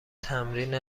تمرین